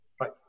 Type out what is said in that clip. right